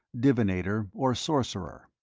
divinator or sorcerer.